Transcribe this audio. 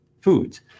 foods